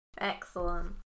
Excellent